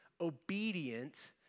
obedient